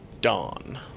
Dawn